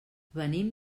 venim